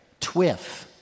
Twiff